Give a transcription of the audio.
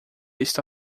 está